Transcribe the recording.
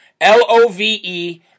L-O-V-E